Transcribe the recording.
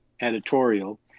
editorial –